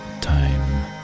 time